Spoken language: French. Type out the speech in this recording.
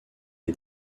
est